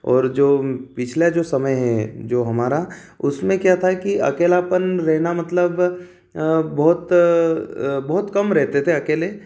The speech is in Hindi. और जो पिछला जो समय है जो हमारा उसमे क्या था कि अकेलापन रहना मतलब अ बहुत बहुत कम रहते थे अकेले